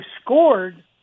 scored